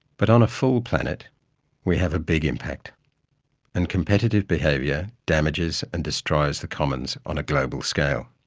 but on full planet we have a big impact and competitive behaviour damages and destroys the commons on a global scale,